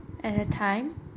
at a time